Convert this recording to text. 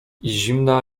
zimna